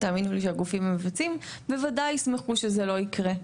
תאמינו לי שהגופים המבצעים בוודאי ישמחו שזה לא יקרה,